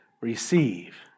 receive